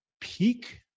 peak